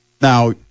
Now